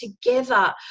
together